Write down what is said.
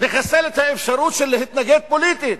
לחסל את האפשרות להתנגד פוליטית?